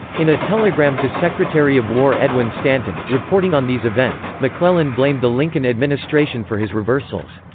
in a telegram to secretary of war edwin stanton, reporting on these events, mcclellan blamed the lincoln administration for his reversals.